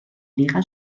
liga